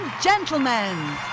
Gentlemen